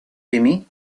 emmy